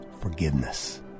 forgiveness